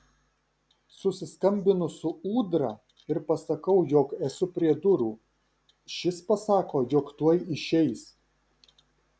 susiskambinu su ūdra ir pasakau jog esu prie durų šis pasako jog tuoj išeis